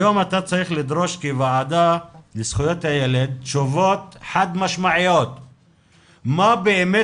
היום אתה צריך לדרוש כוועדה לזכויות הילד תשובות חד משמעיות מה באמת